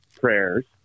prayers